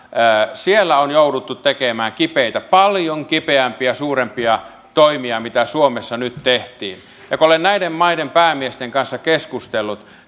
siellä on jouduttu tekemään kipeitä toimia paljon kipeämpiä ja suurempia toimia kuin mitä suomessa nyt tehtiin ja kun olen näiden maiden päämiesten kanssa keskustellut